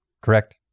Correct